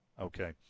Okay